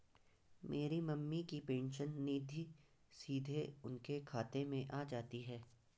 मेरी मम्मी की पेंशन निधि सीधे उनके खाते में आ जाती है